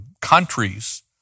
countries